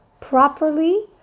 properly